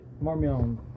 Marmion